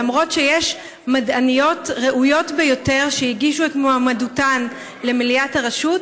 למרות שיש מדעניות ראויות ביותר שהגישו את מועמדותן למליאת הרשות,